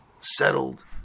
settled